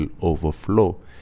overflow